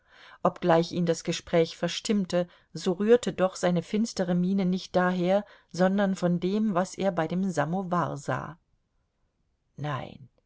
obgleich ihn das gespräch verstimmte so rührte doch seine finstere miene nicht daher sondern von dem was er bei dem samowar sah nein